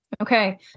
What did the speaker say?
Okay